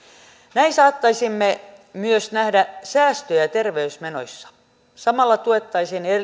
näin saattaisimme myös nähdä säästöjä terveysmenoissa samalla tuettaisiin